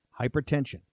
Hypertension